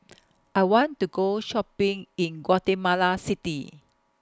I want to Go Shopping in Guatemala City